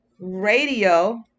Radio